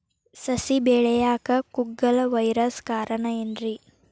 ಸಸಿ ಬೆಳೆಯಾಕ ಕುಗ್ಗಳ ವೈರಸ್ ಕಾರಣ ಏನ್ರಿ?